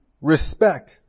respect